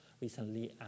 recently